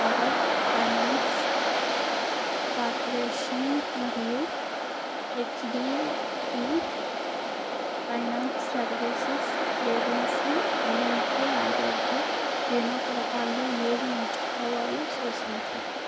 power finance corporation మరియు HDB finance services agency అందించే ఆరోగ్య భీమా పథకాలలో ఏది ఎంచుకోవాలో సూచించుము